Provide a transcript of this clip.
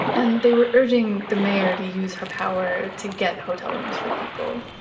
and they were urging the mayor to use her power to get hotel rooms for people